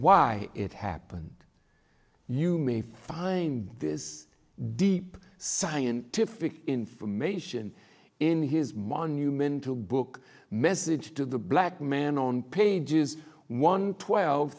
why it happened you may find this deep scientific information in his monumental book message to the black man on pages one twelve